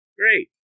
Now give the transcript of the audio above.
great